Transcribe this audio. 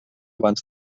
abans